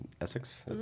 Essex